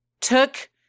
took